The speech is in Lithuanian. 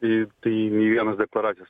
į tai nei vienas deklaracijas